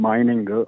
Mining